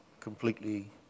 completely